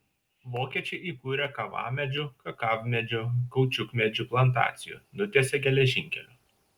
vokiečiai įkūrė kavamedžių kakavmedžių kaučiukmedžių plantacijų nutiesė geležinkelių